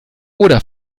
oder